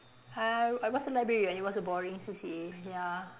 uh I w~ I was a librarian it was a boring C_C_A ya